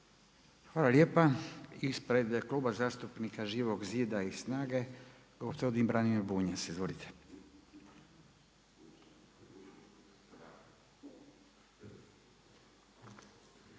Hvala lijepa. Ispred Kluba zastupnika Živog zida i SNAGA-e, gospodin Branimir Bunjac. Izvolite.